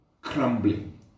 crumbling